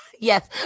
yes